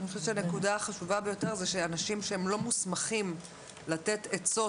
זה נקודה החשובה ביותר זה שאנשים שהם לא מוסמכים לתת עצות,